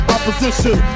Opposition